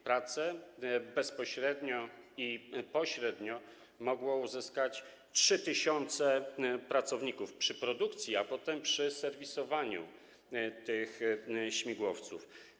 Pracę, bezpośrednio i pośrednio, mogło uzyskać 3 tys. pracowników, przy produkcji, a potem przy serwisowaniu tych śmigłowców.